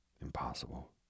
impossible